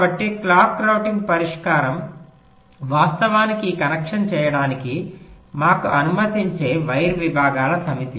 కాబట్టి clock routing పరిష్కారం వాస్తవానికి ఈ కనెక్షన్ చేయడానికి మాకు అనుమతించే వైర్ విభాగాల సమితి